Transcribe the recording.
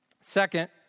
Second